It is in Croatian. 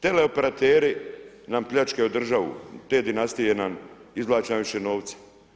Teleoperateri nam pljačkaju državu, te dinastije nam izvlače najviše novca.